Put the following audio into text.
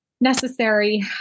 necessary